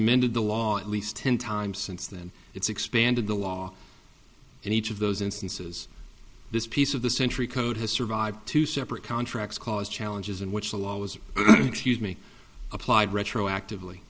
amended the law at least ten times since then it's expanded the law and each of those instances this piece of the century code has survived two separate contracts cause challenges in which the law was going to excuse me applied retroactively